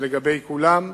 ולגבי כולם.